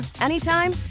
anytime